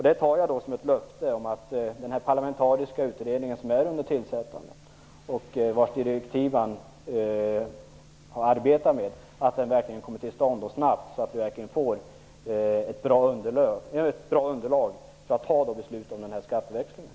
Det tar jag som ett löfte om att den parlamentariska utredningen, som är under tillsättande och vars direktiv man har arbetat med, verkligen kommer till stånd snabbt, så att vi får ett bra underlag för att fatta beslut om skatteväxlingen.